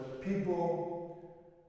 people